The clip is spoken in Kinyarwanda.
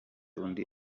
undi